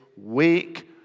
wake